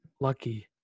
lucky